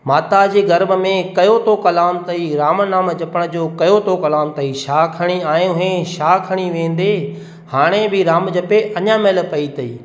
माता जे गर्भ में कयो तो कलाम अथई राम नाम जपण जो कयो थो कलाम अथई छा खणी आहे हुएं छा खणी वेंदें हाणे बि राम जपे अञा महिल पई अथई